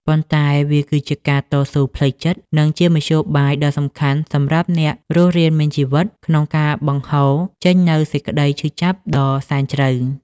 ប៉ុន្តែវាគឺជាការតស៊ូផ្លូវចិត្ត និងជាមធ្យោបាយដ៏សំខាន់សម្រាប់អ្នករស់រានមានជីវិតក្នុងការបង្ហូរចេញនូវសេចក្តីឈឺចាប់ដ៏សែនជ្រៅ។